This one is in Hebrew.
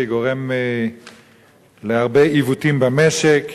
שגורמת להרבה עיוותים במשק.